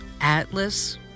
Atlas